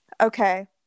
Okay